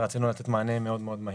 רצינו לתת מענה מאד מהיר.